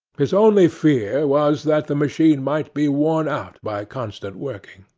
his only fear was that the machine might be worn out by constant working.